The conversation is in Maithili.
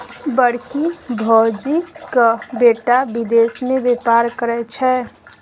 बड़की भौजीक बेटा विदेश मे बेपार करय छै